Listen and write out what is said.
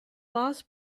boss